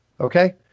Okay